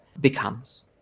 becomes